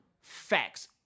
facts